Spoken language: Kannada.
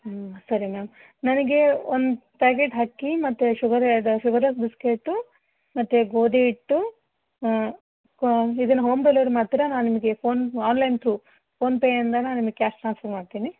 ಹ್ಞೂ ಸರಿ ಮ್ಯಾಮ್ ನನಗೆ ಒಂದು ಪ್ಯಾಕೆಟ್ ಅಕ್ಕಿ ಮತ್ತು ಶುಗರೆ ಅದು ಶುಗರ್ಲೆಸ್ ಬಿಸ್ಕೇಟು ಮತ್ತು ಗೋಧಿ ಹಿಟ್ಟು ಕೋ ಇದನ್ ಹೋಮ್ ಡೆಲಿವರಿ ಮಾಡ್ತೀರಾ ನಾ ನಿಮಗೆ ಫೋನ್ ಆನ್ಲೈನ್ ತ್ರೂ ಫೋನ್ಪೇಯಿಂದ ನಾ ನಿಮಗ್ ಕ್ಯಾಷ್ ಟ್ರಾನ್ಸ್ಫರ್ ಮಾಡ್ತೀನಿ